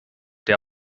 der